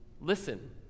Listen